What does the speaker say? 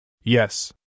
Yes